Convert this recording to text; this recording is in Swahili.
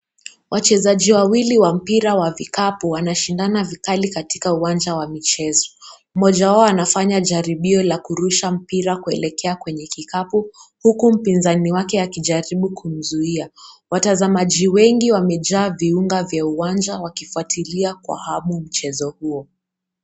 Wachezaji wawili wa mpira wa vikapu wanashindana vikali katika uwanja wa michezo. Mmoja wao anafanya jaribio la kurusha mpira kuelekea kwenye kikapu, huku mpinzani wake akijaribu kumzuia. Watazamaji wengi wamejaa viunga vya uwanja wakifuatilia kwa hamu mchezo huo.